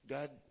God